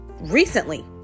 recently